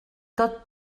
tot